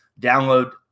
download